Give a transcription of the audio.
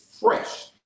fresh